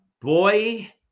Boy